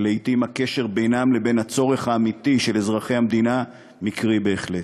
שלעתים הקשר בינם לבין הצורך האמיתי של אזרחי המדינה מקרי בהחלט.